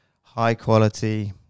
high-quality